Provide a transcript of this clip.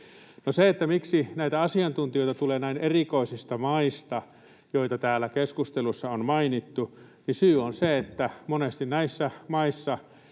siihen, miksi näitä asiantuntijoita tulee näin erikoisista maista, joita täällä keskustelussa on mainittu, syy on se, että monesti näissä maissa